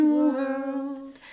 world